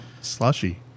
Slushy